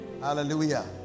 Hallelujah